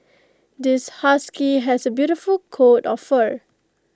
this husky has A beautiful coat of fur